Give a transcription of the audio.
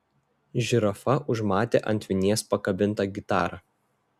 žirafa užmatė ant vinies pakabintą gitarą